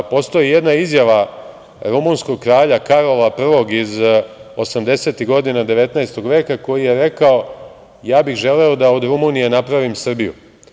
Postoji jedna izjava rumunskog kralja Karola I iz osamdesetih godina 19. veka koji je rekao – ja bih želeo da od Rumunije napravim Srbiju.